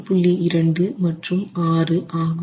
2 6 ஆகும்